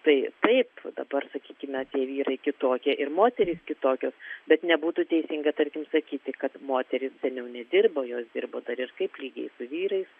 tai taip dabar sakykime tir vyrai kitokie ir moterys kitokios bet nebūtų teisinga tarkim sakyti kad moterys seniau nedirbo jos dirbo dar ir kaip lygiai su vyrais